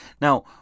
Now